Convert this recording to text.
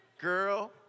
Girl